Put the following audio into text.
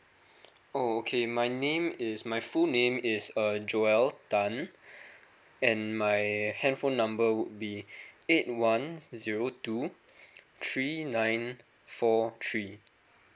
oh okay my name is my full name is err joel tan and my handphone number would be eight one zero two three nine four three